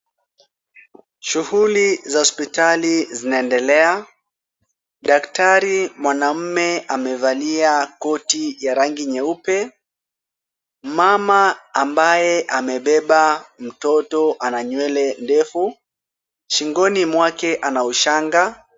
Shughuli za hospitali zinaendelea, daktari mwanaume amevalia koti ya rangi nyeupe. Mama ambaye amebeba mtoto ana nywele ndefu, shingoni mwake ana ushanga.